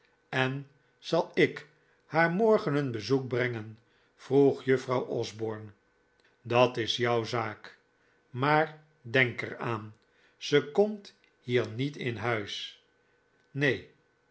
en zal ik haar morgen een bezoek brengen vroeg juffrouw osborne dat is jouw zaak maar denk er aan ze komt hier niet in huis neen